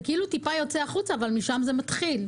זה כאילו טיפה יוצא החוצה אבל משם זה מתחיל.